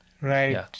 Right